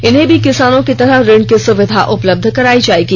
इन्हें भी किसानों की तरह ऋण की सुविधा उपलब्ध कराई जायेगी